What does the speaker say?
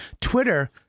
Twitter